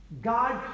God